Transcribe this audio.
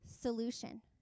solution